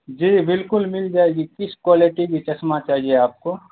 جی بالکل مل جائے گی کس کوالٹی کی چشمہ چاہیے آپ کو